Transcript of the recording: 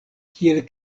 kiel